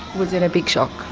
was it a big shock?